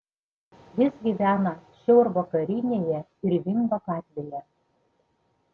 jis gyvena šiaurvakarinėje irvingo gatvėje